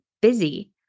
busy